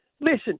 Listen